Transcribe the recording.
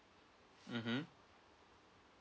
mmhmm